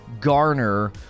garner